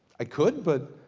i could but,